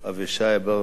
אבישי ברוורמן,